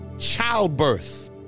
childbirth